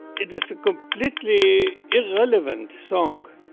it is a completely irrelevant song.